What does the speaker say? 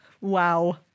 wow